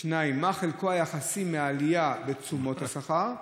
2. מהו חלקו היחסי בעלייה בתשומות השכר?